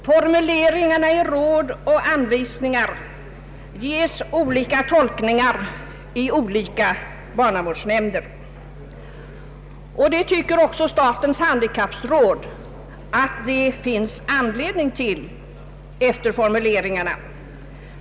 Formuleringarna i ”Rad och anvisningar” ges olika tolkningar i olika barnavårdsnämnder. Statens handikappråd tycker att det också finns anledning till detta.